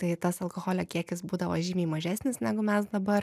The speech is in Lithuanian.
tai tas alkoholio kiekis būdavo žymiai mažesnis negu mes dabar